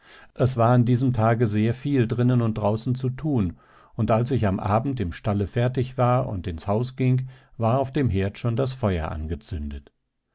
es war an diesem tage sehr viel drinnen und draußen zu tun und als ich am abend im stalle fertig war und ins haus ging war auf dem herd schon das feuer angezündet